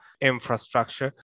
infrastructure